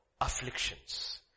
afflictions